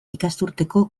ikasturteko